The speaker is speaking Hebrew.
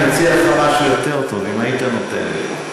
אני מציע לך משהו יותר טוב, אם היית נותן לי.